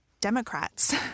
Democrats